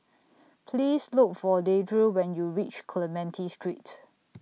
Please Look For Deidre when YOU REACH Clementi Street